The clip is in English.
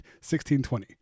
1620